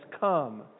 come